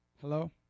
Hello